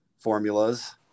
formulas